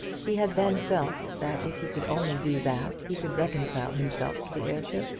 he had then felt that if he could only do that he could reconcile himself to the heirship.